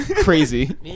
crazy